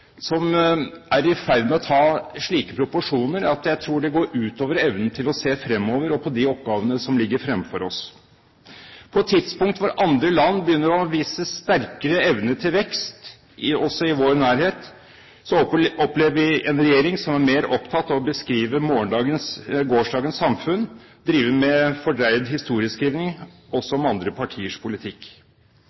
som er i ferd med å ta slike proporsjoner at jeg tror det går ut over evnen til å se fremover og på de oppgavene som ligger fremfor oss. På et tidspunkt da andre land, også i vår nærhet, begynner å vise sterkere evne til vekst, opplever vi en regjering som er mer opptatt av å beskrive gårsdagens samfunn og drive med fordreid historieskrivning også av andre partiers politikk.